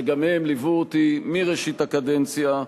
שגם הם ליוו אותי מראשית הקדנציה,